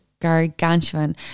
gargantuan